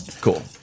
Cool